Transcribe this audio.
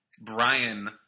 brian